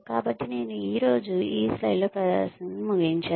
కాబట్టి నేను ఈ రోజు ఈ స్లైడ్తో ప్రదర్శనను ముగించాను